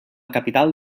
capital